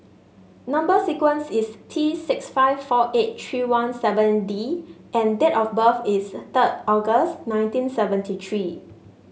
number sequence is T six five four eight three one seven D and date of birth is third August nineteen seventy three